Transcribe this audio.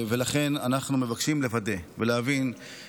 ולכן אנחנו מבקשים לוודא ולהבין,